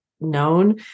known